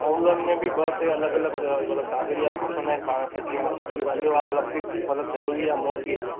होन लोन में बि ॿ टे अलॻि अलॻि मतिलब काॻड़ीया बि खपंदा आहिनि पाण खे जीअं अॼकल्ह मतिलब हलियो आहे मतिलब फ़िक्स जरुरी आहे मॉर्ॻेज